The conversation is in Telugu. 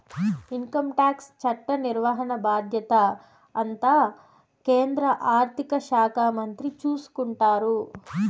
ఇన్కంటాక్స్ చట్ట నిర్వహణ బాధ్యత అంతా కేంద్ర ఆర్థిక శాఖ మంత్రి చూసుకుంటారు